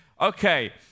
okay